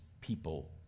people